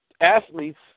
athletes